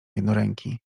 jednoręki